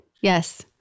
Yes